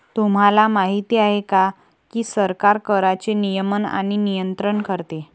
तुम्हाला माहिती आहे का की सरकार कराचे नियमन आणि नियंत्रण करते